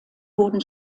wurden